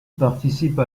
participe